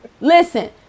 Listen